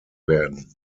werden